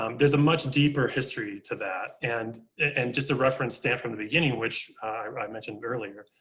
um there's a much deeper history to that. and, and just a reference stamp from the beginning, which i but i mentioned earlier,